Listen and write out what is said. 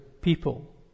people